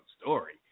story